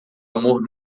amor